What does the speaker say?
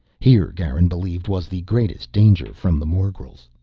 here garin believed, was the greatest danger from the morgels.